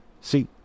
See